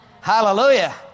Hallelujah